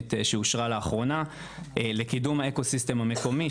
תכנית שאושרה לאחרונה לקידום האקו סיסטם המקומי,